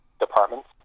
departments